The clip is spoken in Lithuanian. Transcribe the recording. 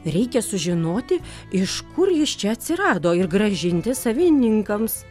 reikia sužinoti iš kur jis čia atsirado ir grąžinti savininkams